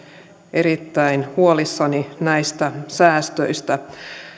erittäin huolissani näistä säästöistä